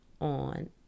on